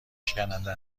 شکننده